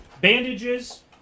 bandages